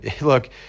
Look